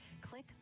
click